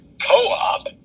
co-op